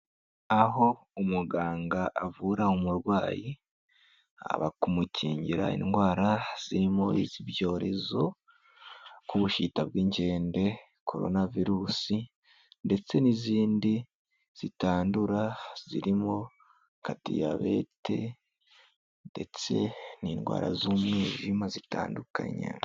Aho umuganga avura umurwayi haba kumukingira indwara zirimo iz'ibyorezo nk'ubushita bw'inkende corona virusi ndetse n'izindi zitandura zirimo nka diyabete ndetse n'indwara z'umwijima zitandukanye.